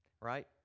right